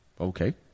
Okay